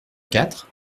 quatre